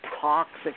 toxic